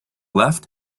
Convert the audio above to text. left